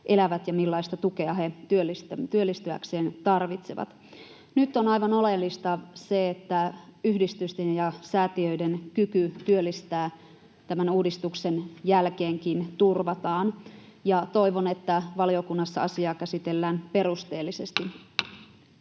ja millaista tukea he työllistyäkseen tarvitsevat. Nyt on aivan oleellista se, että yhdistysten ja säätiöiden kyky työllistää tämän uudistuksen jälkeenkin turvataan, ja toivon, että valiokunnassa asiaa käsitellään perusteellisesti.